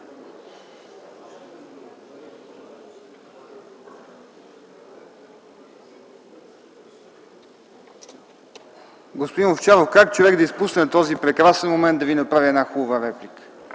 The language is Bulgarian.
Господин Овчаров, как човек да изпусне такъв прекрасен момент да Ви направи хубава реплика?!